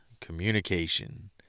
Communication